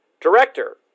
director